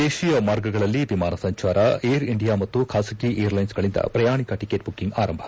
ದೇತೀಯ ಮಾರ್ಗಗಳಲ್ಲಿ ವಿಮಾನ ಸಂಚಾರ ಏರ್ ಇಂಡಿಯಾ ಮತ್ತು ಖಾಸಗಿ ಏರ್ಲೈನ್ಗಳಿಂದ ಪ್ರಯಾಣಿಕ ಟಕೆಟ್ ಬುಕ್ತಿಂಗ್ ಆರಂಭ